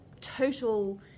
total